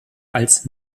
als